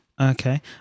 okay